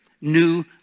New